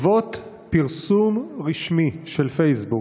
היושב-ראש, חבריי חברי הכנסת, חבר הכנסת קלנר,